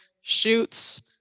shoots